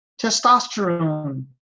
Testosterone